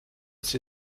sie